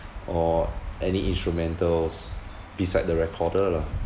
or any instrumentals beside the recorder lah